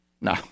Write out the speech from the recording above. No